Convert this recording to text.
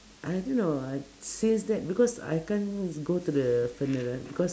I don't know uh since that because I can't go to the funeral because